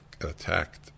attacked